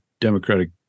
Democratic